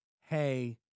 hey